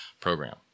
program